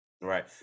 Right